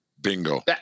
Bingo